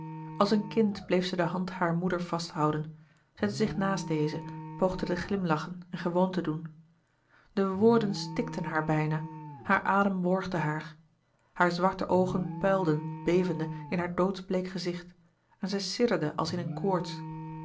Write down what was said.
als een kind bleef zij de hand harer moeder vasthouden zette zich naast deze poogde te glimlachen en gewoon te doen de woorden stikten haar bijna haar adem worgde haar hare zwarte oogen puilden bevende in haar doodsbleek gezicht en zij sidderde als in een